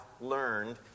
learned